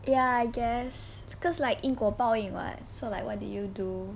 ya I guess because like 因果报应 what so like what did you do